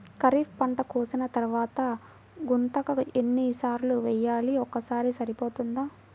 ఖరీఫ్ పంట కోసిన తరువాత గుంతక ఎన్ని సార్లు వేయాలి? ఒక్కసారి సరిపోతుందా?